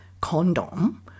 condom